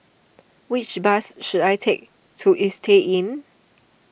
which bus should I take to Istay Inn